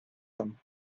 them